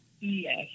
Yes